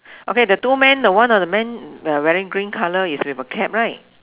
okay the two men the one of the man uh wearing green colour is with a cap right